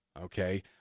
okay